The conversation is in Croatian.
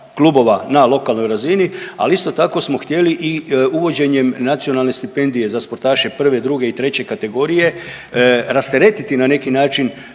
na lokalnoj razini, ali isto tako smo htjeli i uvođenjem nacionalne stipendije za sportaše, prve, druge i treće kategorije rasteretiti na neki način